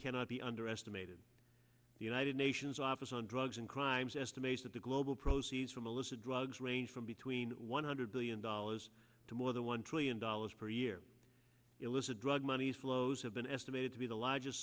cannot be underestimated the united nations office on drugs and crimes estimates that the global proceeds from illicit drugs ranged from between one hundred billion dollars to more than one trillion dollars per year illicit drug money flows have been estimated to be the largest